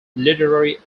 literary